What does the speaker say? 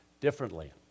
differently